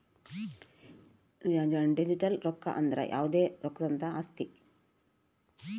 digital ರೊಕ್ಕ ಅಂದ್ರ ಯಾವ್ದೇ ರೊಕ್ಕದಂತಹ ಆಸ್ತಿ